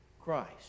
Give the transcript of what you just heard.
Christ